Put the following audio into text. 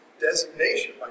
designation